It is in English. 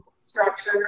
structure